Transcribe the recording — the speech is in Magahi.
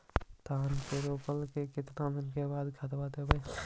धान के रोपला के केतना दिन के बाद खाद देबै?